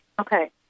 Okay